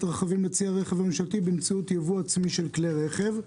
רכבים לצי הרכב הממשלתי באמצעות ייבוא עצמי של כלי רכב.